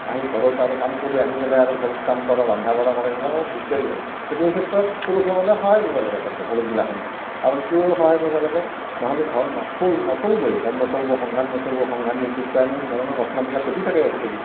আহি ঘৰত আৰু কাম কৰি আহি পেলাই আৰু ঘৰত কাম কৰা ৰন্ধা বঢ়া কৰে এইবিলাক অলপ দিগদাৰী হয় সেই ক্ষেত্ৰত পুৰুষসকলে সহায় কৰিব লাগে আচলতে পুৰুষগিলাখনে কাৰণ কিয় সহায় কৰিব লাগে নহ'লে ঘৰত নচল নচলিবই ঘৰ নচলিব সংসাৰ নচলব সংসাৰ নীতি কিবা এনেহেন ধৰণৰ ঘটনাবিলাক ঘটি থাকে আজিকালি